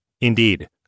Indeed